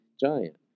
giant